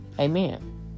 Amen